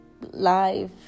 life